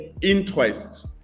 interest